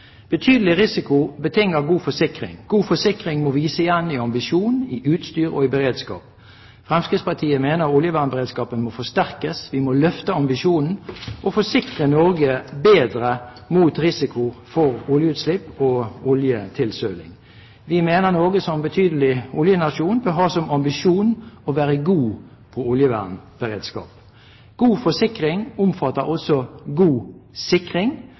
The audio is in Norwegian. Betydelig risiko betinger god forsikring. God forsikring må vises i ambisjon, i utstyr og i beredskap. Fremskrittspartiet mener oljevernberedskapen må forsterkes, vi må løfte ambisjonen og forsikre Norge bedre mot risiko for oljeutslipp og oljetilsøling. Vi mener Norge som betydelig oljenasjon bør ha som ambisjon å være god på oljevernberedskap. God forsikring omfatter også god sikring,